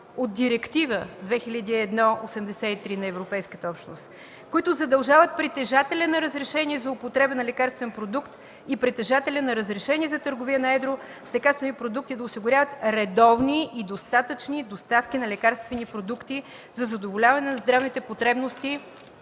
от Директива 2001/83 на Европейската общност, които задължават притежателя на разрешение за употреба на лекарствен продукт и притежателя на разрешение за търговия на едро с лекарствени продукти да осигуряват редовни и достатъчни доставки на лекарствени продукти за задоволяване на здравните потребности